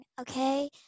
okay